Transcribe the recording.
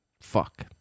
fuck